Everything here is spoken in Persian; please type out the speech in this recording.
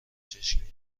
چشمگیر